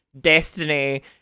Destiny